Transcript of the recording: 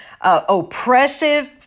oppressive